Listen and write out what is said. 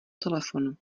telefonu